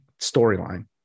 storyline